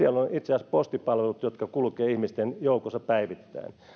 hetkellä siellä on itse asiassa postipalvelut jotka kulkevat ihmisten joukossa päivittäin